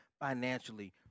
financially